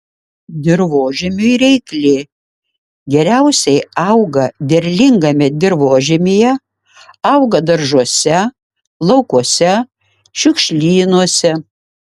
dirvožemiui reikli geriausiai auga derlingame dirvožemyje auga daržuose laukuose šiukšlynuose